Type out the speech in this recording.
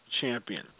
champion